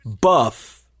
buff